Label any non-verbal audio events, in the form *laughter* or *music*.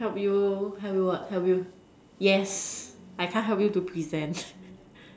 help you help you what help you yes I can't help you to present *noise*